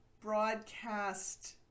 broadcast